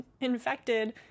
infected